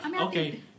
Okay